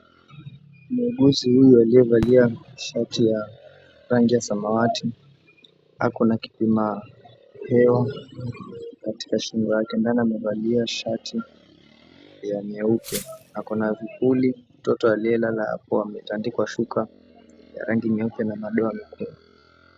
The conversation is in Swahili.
Muuguzi huyu aliyevalia shati ya rangi ya samawati, ako na kipima hewa katika shingo yake ndani amevalia shati ya nyeupe ako na vipuli. Mtoto aliyelala hapo ametandikwa shuka ya rangi nyeupe na madoa meupe.